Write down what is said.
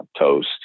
Toast